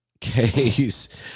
case